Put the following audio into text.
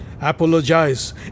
Apologize